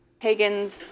pagans